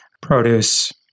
produce